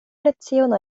leciono